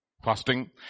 Fasting